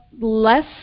less